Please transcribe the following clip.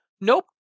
Nope